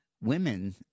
Women